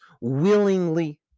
willingly